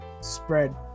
spread